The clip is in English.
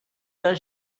the